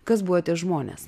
kas buvo tie žmones